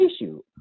issue